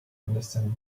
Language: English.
understand